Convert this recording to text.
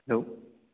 hello